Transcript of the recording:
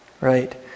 Right